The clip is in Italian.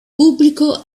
pubblico